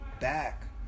back